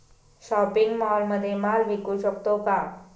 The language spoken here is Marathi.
शॉपिंग मॉलमध्ये माल विकू शकतो का?